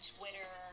Twitter